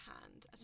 hand